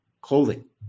clothing